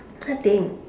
nothing